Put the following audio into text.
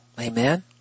Amen